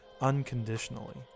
unconditionally